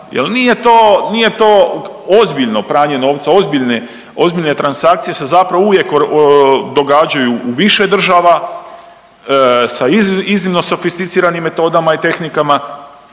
nije to ozbiljno pranje novca, ozbiljne transakcije se zapravo uvijek događaju u više država sa iznimno sofisticiranim metodama i tehnikama